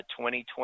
2020